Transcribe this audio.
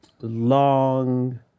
long